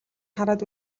хараад